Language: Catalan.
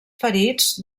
ferits